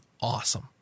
awesome